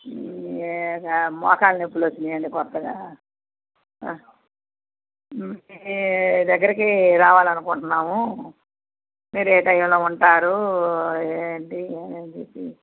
మోకాలి నొప్పులు వచ్చాయండి కొత్తగా మీ దగ్గరికి రావాలి అనుకుంటున్నాము మీరు ఏ టైమ్లో ఉంటారు ఏమిటి అని చెప్పి